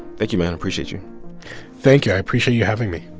thank you, man appreciate you thank you. i appreciate you having me